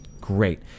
Great